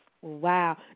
Wow